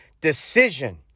decision